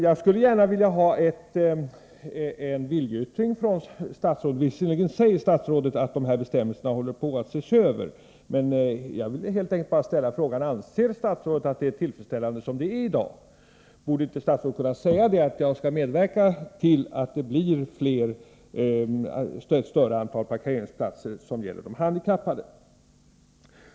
Jag skulle gärna vilja ha en viljeyttring från statsrådet. Visserligen säger statsrådet att de här bestämmelserna håller på att ses över, men jag vill helt enkelt bara fråga: Anser statsrådet att det är tillfredsställande som det är i dag? Borde inte statsrådet kunna säga att han skall medverka till att det blir ett större antal parkeringsplatser för de handikappade?